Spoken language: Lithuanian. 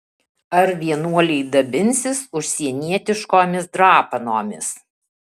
ar vienuoliai dabinsis užsienietiškomis drapanomis